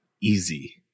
easy